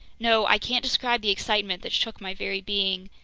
no, i can't describe the excitement that shook my very being.